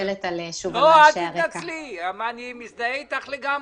יעבור מהר, בעזרת השם,